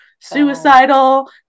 suicidal